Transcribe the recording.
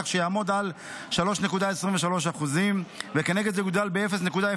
כך שיעמוד על 3.23%. וכנגד זה יוגדל ב-0.005%